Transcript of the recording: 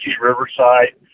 Riverside